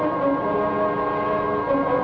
or